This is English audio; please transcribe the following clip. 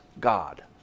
God